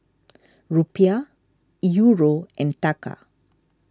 Rupiah Euro and Taka